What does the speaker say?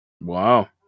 Wow